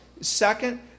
Second